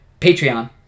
Patreon